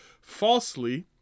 falsely